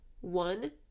one